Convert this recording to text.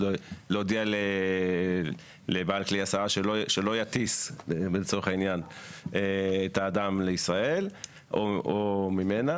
להודיע לבעל כלי הסעה שלא יטיס את האדם לישראל או ממנה.